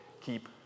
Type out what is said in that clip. keep